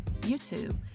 youtube